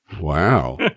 Wow